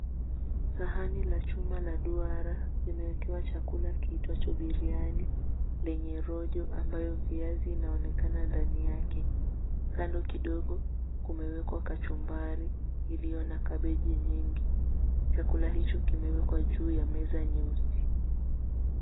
Sahani ya chuma la duara imewekwa chakula kiitwacho biriani lenye rojo ambayo viazi inaonekana ndani yake. Kando kidogo kumewekwa kachumbari iliyo na kabeji nyingi. Chakula hicho kimewekwa juu ya meza nyeusi.